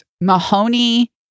Mahoney